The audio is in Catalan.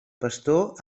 pastor